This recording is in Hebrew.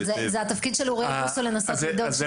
אבל זה התפקיד של אוריאל בוסו לנסות לבדוק שזה לא יקרה.